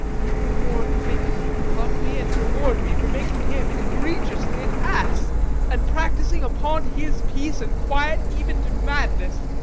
make the moor thank me, love me, and reward me for making him egregiously an ass and practicing upon his peace and quiet even to madness.